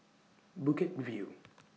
Bukit View